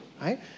right